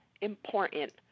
important